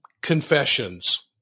confessions